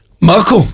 Marco